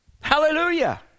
Hallelujah